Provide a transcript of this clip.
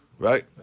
Right